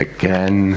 Again